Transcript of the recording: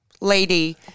lady